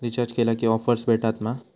Recharge केला की offers भेटात मा?